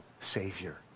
savior